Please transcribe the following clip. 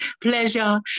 pleasure